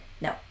No